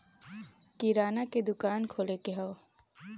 किराना के दुकान खोले के हौ